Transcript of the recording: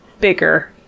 bigger